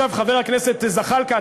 חבר הכנסת זחאלקה,